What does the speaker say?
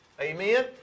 Amen